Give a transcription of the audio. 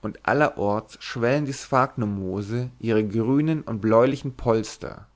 und allerorts schwellen die sphagnummoose ihre grünen und bläulichen polster